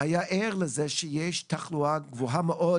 משרד האוצר היה ער לזה שיש תחלואה גבוהה מאוד